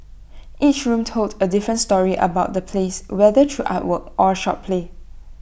each room told A different story about the place whether through artwork or A short play